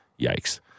Yikes